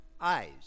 eyes